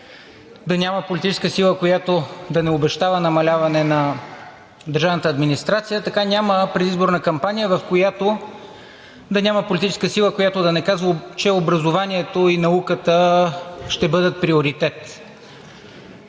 да няма политическа сила, която да не обещава намаляване на държавната администрация, така няма предизборна кампания, в която да няма политическа сила, която да не казва, че образованието и науката ще бъдат приоритет.